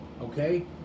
okay